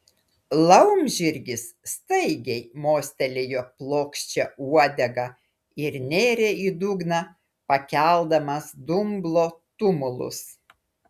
laumžirgis staigiai mostelėjo plokščia uodega ir nėrė į dugną pakeldamas dumblo tumulus